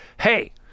hey